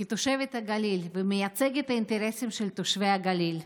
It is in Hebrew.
כתושבת הגליל ומייצגת האינטרסים של תושבי הגליל.